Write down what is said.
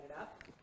up